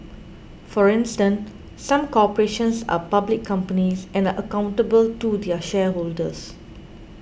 for instance some corporations are public companies and are accountable to their shareholders